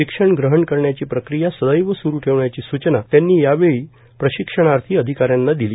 शिक्षण ग्रहण करण्याची प्रक्रिया सदैव सुरू ठेवण्याची सूचना त्यांनी यावेळी प्रशिक्षणार्थी अधिकाऱ्यांना दिली